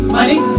Money